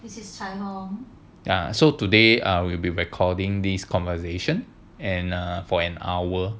so today are will be recording this conversation and err for an hour